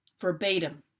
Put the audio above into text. verbatim